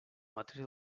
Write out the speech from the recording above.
matèria